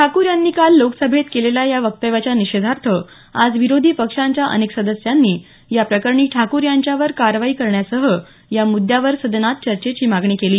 ठाकूर यांनी काल लोकसभेत केलेल्या या वक्तव्याच्या निषेधार्थ आज विरोधी पक्षांच्या अनेक सदस्यांनी या प्रकरणी ठाकूर यांच्यावर कारवाई करण्यासह या मुद्यावर सदनात चर्चेची मागणी केली